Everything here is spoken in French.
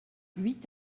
huit